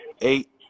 Eight